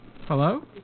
Hello